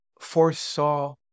foresaw